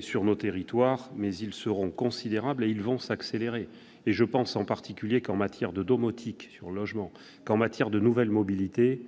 sur nos territoires, mais ils seront considérables et ils vont s'amplifier. En particulier, en matière de domotique ou en matière de nouvelles mobilités,